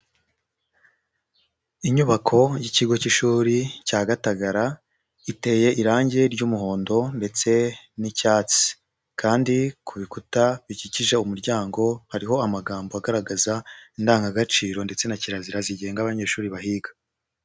Inyubako y'ikigo cy'ishuri cya Gatagara iteye irangi ry'umuhondo ndetse n'icyatsi kandi ku bikuta bikikije umuryango hariho amagambo agaragaza indangagaciro ndetse na kirazira zigenga abanyeshuri bahiga.